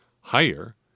Higher